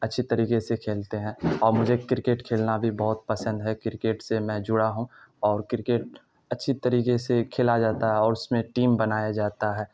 اچھی طریقے سے کھیلتے ہیں اور مجھے کرکٹ کھیلنا بھی بہت پسند ہے کرکٹ سے میں جڑا ہوں اور کرکٹ اچھی طریقے سے کھیلا جاتا ہے اور اس میں ٹیم بنایا جاتا ہے